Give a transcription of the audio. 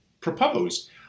proposed